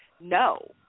no